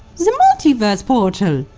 the multiverse portal.